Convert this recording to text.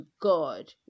god